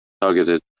targeted